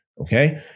okay